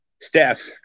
Steph